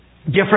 Different